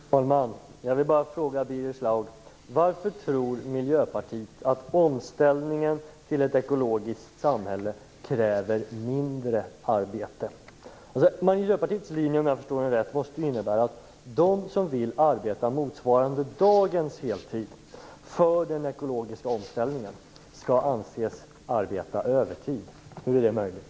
Fru talman! Jag vill bara fråga Birger Schlaug: Varför tror Miljöpartiet att omställningen till ett ekologiskt hållbart samhälle kräver mindre arbete? Miljöpartiets linje, om jag förstår den rätt, måste innebära att de som vill arbeta motsvarande dagens heltid för den ekologiska omställningen skall anses arbeta övertid. Hur är det möjligt?